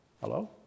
Hello